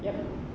yup